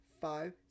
five